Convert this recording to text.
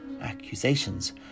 accusations